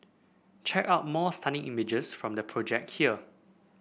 check out more stunning images from the project here